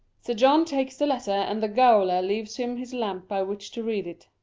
sir john takes the letter, and the gaoler leaves him his lamp by which to read it